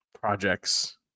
projects